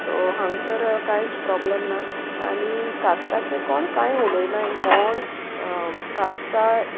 so हांगसर कांयच problem ना आनी कास्टाचें कोण कांय उलोयना इंग कोण कास्टाक